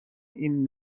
این